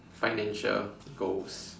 financial goals